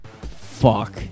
Fuck